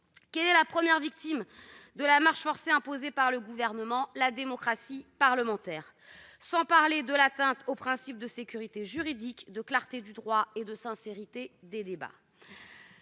Quelle est la première victime de la marche forcée imposée par le Gouvernement ? La démocratie parlementaire, sans parler de l'atteinte aux principes de sécurité juridique, de clarté du droit et de sincérité des débats